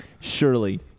surely